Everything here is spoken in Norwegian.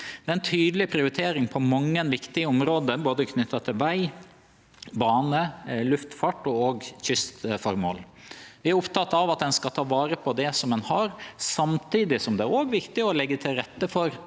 Det er tydelege prioriteringar på mange viktige område knytte til både veg, bane, luftfart og kystføremål. Vi er opptekne av at ein skal ta vare på det ein har, samtidig som det er viktig å leggje til rette for